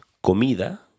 comida